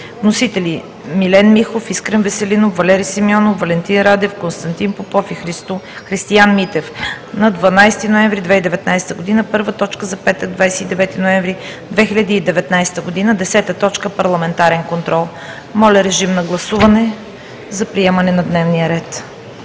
Вносители – Милен Михов, Искрен Веселинов, Валери Симеонов, Валентин Радев, Константин Попов и Христиан Митев на 12 ноември 2019 г. Точка втора за петък, 29 ноември 2019 г. 10. Парламентарен контрол.“ Моля, режим на гласуване за приемане на дневния ред.